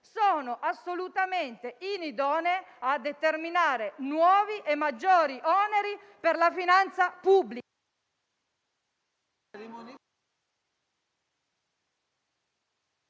sono assolutamente idonee a determinare nuovi e maggiori oneri per la finanza pubblica.